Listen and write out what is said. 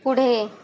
पुढे